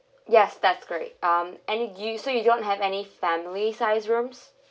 yes that's great um any you so you don't have any family size rooms